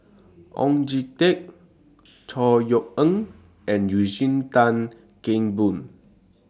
Oon Jin Teik Chor Yeok Eng and Eugene Tan Kheng Boon